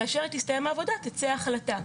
כאשר תסתיים העבודה תצא ההחלטה.